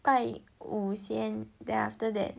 拜五先 then after that